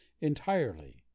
entirely